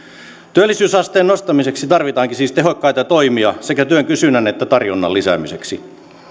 työllisyysasteen nostamiseksi tarvitaankin tehokkaita toimia sekä työn kysynnän että tarjonnan lisäämiseksi